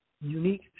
unique